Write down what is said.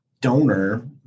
donor